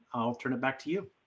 i'll turn it back to you.